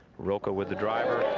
rocca with the driver.